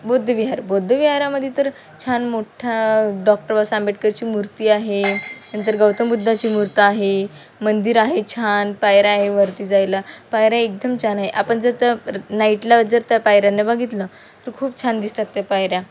बौद्धविहार बौद्ध विहारामध्ये तर छान मोठा डॉक्टर बाबासा आंबेडकरची मूर्ती आहे नंतर गौतम बुद्धाची मूर्त आहे मंदिर आहे छान पायऱ्या आहे वरती जायला पायऱ्या एकदम छान आहे आपण जर त्या र नाईटला जर त्या पायऱ्यांना बघितलं तर खूप छान दिसतात त्या पायऱ्या